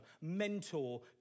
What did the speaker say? mentor